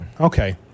Okay